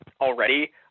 already